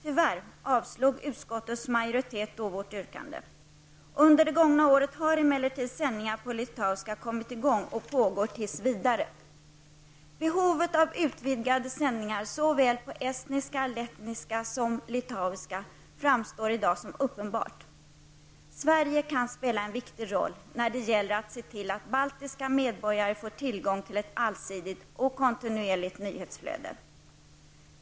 Tyvärr avstyrkte utskottets majoritet då vårt yrkande. Under det gågna året har emellertid sändningar på litauiska kommit i gång och pågår tills vidare. Behovet av utvidgade sändningar på estniska, lettiska och litauiska framstår i dag som uppenbart. Sverige kan spela en viktig roll när det gäller att se till att baltiska medborgare får tillgång till ett allsidigt och kontinuerligt nyhetsflöde.